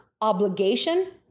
obligation